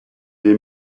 les